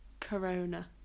Corona